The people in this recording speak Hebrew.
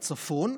בצפון,